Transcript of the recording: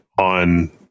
on